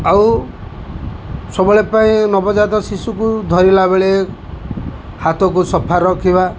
ଆଉ ସବୁବେଳେ ପାଇଁ ନବଜାତ ଶିଶୁକୁ ଧରିଲା ବେଳେ ହାତକୁ ସଫା ରଖିବା